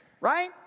Right